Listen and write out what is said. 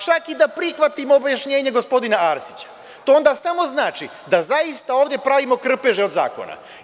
Čak i da prihvatim objašnjenje gospodina Arsića, to onda samo znači da zaista ovde pravimo krpeže od zakona.